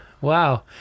Wow